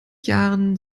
jahren